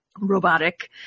robotic